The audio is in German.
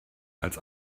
als